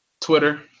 Twitter